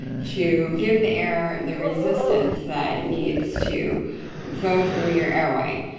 to give the air the resistance that it needs to go through your airway,